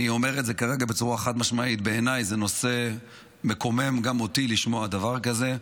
אני אומר כרגע בצורה חד-משמעית שבעיניי מקומם גם אותי לשמוע דבר כזה.